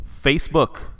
Facebook